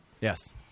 Yes